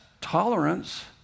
tolerance